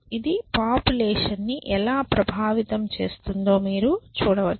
ఇది పాపులేషన్ ని ఎలా ప్రభావితం చేస్తుందో మీరు చూడవచ్చు